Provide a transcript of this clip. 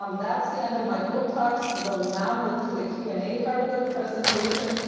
um that's the end of my book talks. we'll now move to the q and a part of the presentation,